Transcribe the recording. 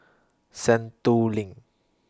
Sentul LINK